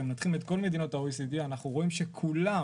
כשמנתחים את כל מדינות ה OECD רואים שכולן,